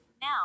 now